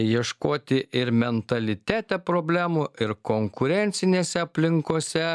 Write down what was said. ieškoti ir mentalitete problemų ir konkurencinėse aplinkose